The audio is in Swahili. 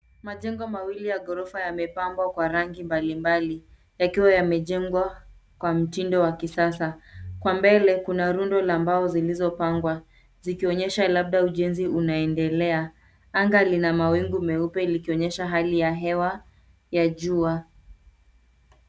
Majengo mawili ya ghorofa yamepambwa kwa rangi mbali mbali yakiwa yamejengwa kwa mtindo wa kisasa. Kwa mbele kuna rundo la mbao zilizopangwa zikionyesha labda ujenzi unaendelea. Anga lina mawingu meupe likionyesha hali ya hewa ya jua.